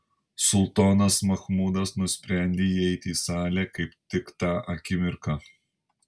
sultonas machmudas nusprendė įeiti į salę kaip tik tą akimirką